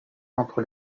entre